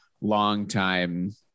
longtime